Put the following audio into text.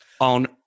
on